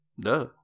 duh